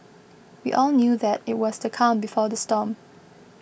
we all knew that it was the calm before the storm